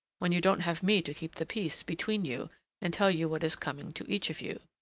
when you don't have me to keep the peace between you and tell you what is coming to each of you.